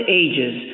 ages